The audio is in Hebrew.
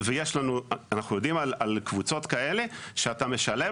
ואנחנו יודעים על קבוצות כאלה שאתה משלם